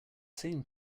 same